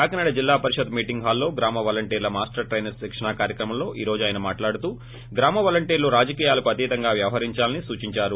Kakinada Zilla Parishad meeting హాల్లో గ్రామ వాలంటీర్ల మాస్టర్ టైనర్స్ శిక్షణ కార్యక్రమంలో ఈ రోజు ఆయన మాటలాడుతూ గ్రామ వాలంటీర్లు రాజకీయాలకు అతీతంగా వ్యవహరించాలని సూచించారు